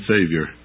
Savior